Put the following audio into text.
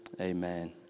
Amen